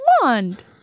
blonde